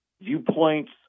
viewpoints